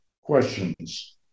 questions